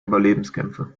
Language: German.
überlebenskämpfe